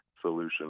solution